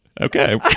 Okay